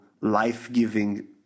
life-giving